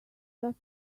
just